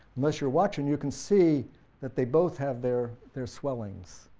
unless you're watching you can see that they both have their their swellings,